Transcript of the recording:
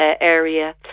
area